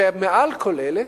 ומעל כל אלה,